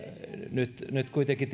nyt nyt kuitenkin